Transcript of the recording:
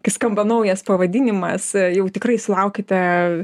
kai skamba naujas pavadinimas jau tikrai sulaukiate